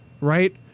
Right